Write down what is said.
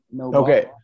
Okay